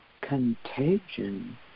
contagion